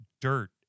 dirt